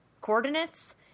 coordinates